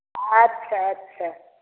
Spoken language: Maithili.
अच्छे अच्छे